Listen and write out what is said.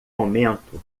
momento